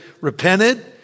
repented